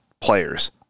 players